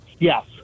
Yes